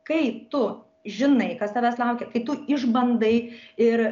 kai tu žinai kas tavęs laukia kai tu išbandai ir